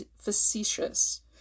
facetious